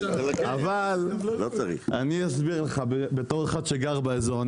בתור אחד שגר באזור,